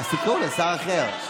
אז תקראו לשר אחר.